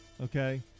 Okay